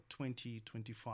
2025